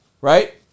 Right